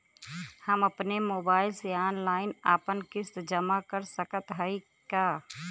हम अपने मोबाइल से ऑनलाइन आपन किस्त जमा कर सकत हई का?